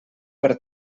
per